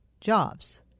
jobs